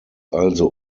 also